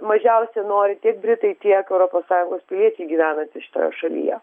mažiausiai nori tiek britai tiek europos sąjungos piliečiai gyvenantys šitoje šalyje